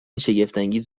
شگفتانگیز